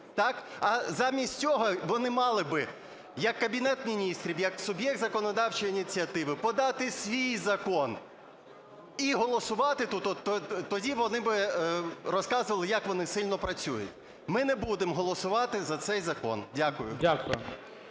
А замість цього вони мали б як Кабінет Міністрів, як суб'єкт законодавчої ініціативи подати свій закон і голосувати тут, тоді б вони розказували, як вони сильно працюють. Ми не будемо голосувати за цей закон. Дякую.